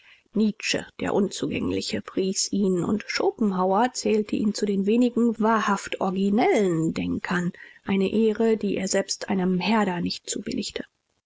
nietzsche der unzugängliche pries ihn und schopenhauer zählte ihn zu den wenigen wahrhaft originellen denkern eine ehre die er selbst einem herder nicht